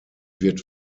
wird